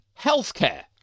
healthcare